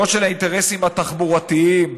לא של האינטרסים התחבורתיים.